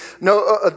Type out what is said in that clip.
No